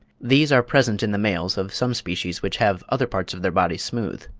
these are present in the males of some species, which have other parts of their bodies smooth.